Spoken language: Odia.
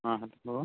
ହଁ କୁହ